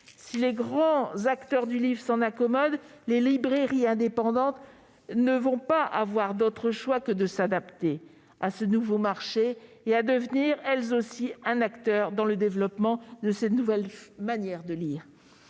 Si les grands acteurs du livre s'en accommodent, les librairies indépendantes ne vont pas avoir d'autre choix que de s'adapter à ce nouveau marché et de devenir, elles aussi, un acteur dans le développement de ces nouvelles manières de lire.